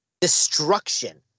destruction